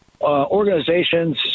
organizations